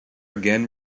again